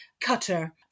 cutter